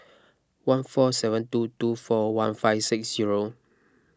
one four seven two two four one five six zero